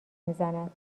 میزند